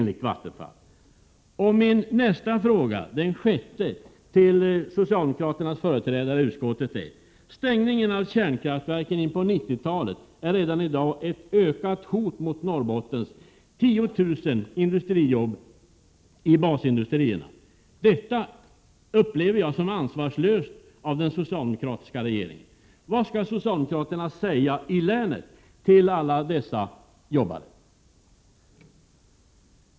Min sjätte fråga till socialdemokraternas företrädare i utskottet är: Stängningen av kärnkraftverken in på 90-talet utgör redan i dag ett ökat hot mot Norrbottens 10 000 industrijobb i basindustrierna. Detta upplever jag som ansvarslöst av den socialdemokratiska regeringen. Vad skall socialdemokraterna i länet säga till alla dessa arbetare?